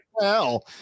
Hell